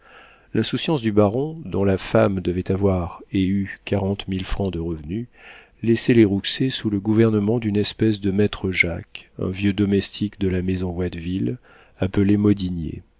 l'insouciance du baron dont la femme devait avoir et eut quarante mille francs de revenu laissait les rouxey sous le gouvernement d'une espèce de maître jacques un vieux domestique de la maison watteville appelé